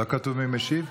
משיב?